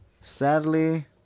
sadly